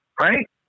right